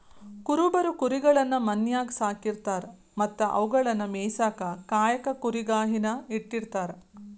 ಕುರುಬರು ಕುರಿಗಳನ್ನ ಮನ್ಯಾಗ್ ಸಾಕಿರತಾರ ಮತ್ತ ಅವುಗಳನ್ನ ಮೇಯಿಸಾಕ ಕಾಯಕ ಕುರಿಗಾಹಿ ನ ಇಟ್ಟಿರ್ತಾರ